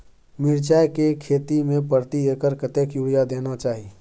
मिर्चाय के खेती में प्रति एकर कतेक यूरिया देना चाही?